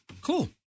Cool